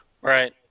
Right